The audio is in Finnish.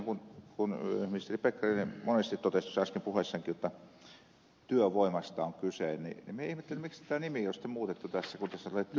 kun ministeri pekkarinen monesti totesi tuossa äsken puheessaankin jotta työvoimasta on kyse niin minä ihmettelin miksi tätä nimeä ei ole muutettu